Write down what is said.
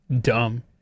dumb